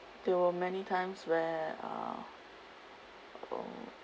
there were many times where uh